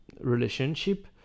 relationship